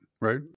right